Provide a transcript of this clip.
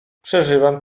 przeżywam